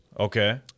Okay